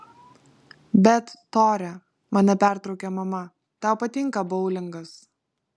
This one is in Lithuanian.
bet tore mane pertraukė mama tau patinka boulingas